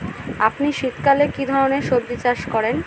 আপনি শীতকালে কী ধরনের সবজী চাষ করেন?